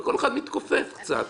אז כל אחד צריך להתכופף קצת.